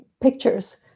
pictures